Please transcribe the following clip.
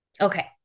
Okay